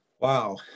Wow